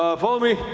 ah follow me.